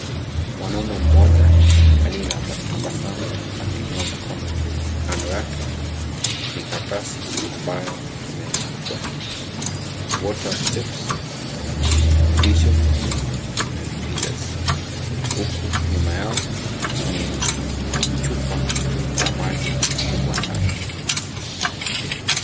Mwanaume mmoja aliye na tabasamu ameinua mkono juu, kando yake ni karatasi ambayo imeandikwa water steps visions and pillars huku nyuma yao ni chupa za maji kubwa sana.